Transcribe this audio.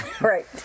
Right